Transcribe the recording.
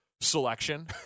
selection